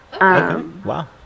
Wow